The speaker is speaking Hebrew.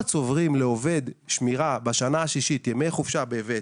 צוברים לעובד שמירה בשנה השישית ימי חופשה בוותק,